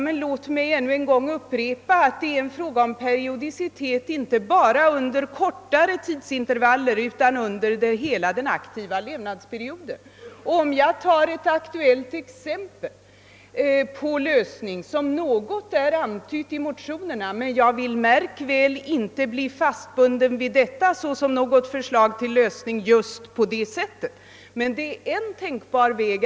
Men låt mig ännu en gång upprepa att det gäller periodicitet inte bara under kortare tidsintervaller utan under hela den aktiva levnadsperioden. Jag kan ta ett aktuellt exempel på en lösning som något antytts i motionerna, men observera att jag inte vill binda mig vid just detta förslag till lösning, även om det är en tänkbar väg.